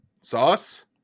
Sauce